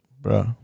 Bro